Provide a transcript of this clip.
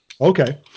okay